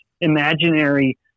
imaginary